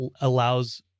allows